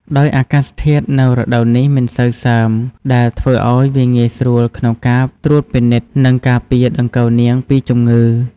ដោយអាកាសធាតុនៅរដូវនេះមិនសូវសើម ដែលធ្វើឲ្យវាងាយស្រួលក្នុងការត្រួតពិនិត្យ និងការពារដង្កូវនាងពីជំងឺ។